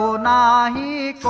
so nine